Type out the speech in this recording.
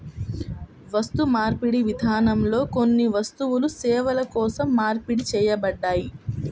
వస్తుమార్పిడి విధానంలో కొన్ని వస్తువులు సేవల కోసం మార్పిడి చేయబడ్డాయి